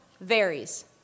varies